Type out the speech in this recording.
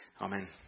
amen